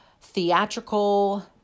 theatrical